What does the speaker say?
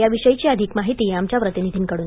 या विषयी माहिती आमच्या प्रतिनिधीकडून